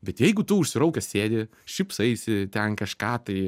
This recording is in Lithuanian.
bet jeigu tu užsiraukęs sėdi šypsaisi ten kažką tai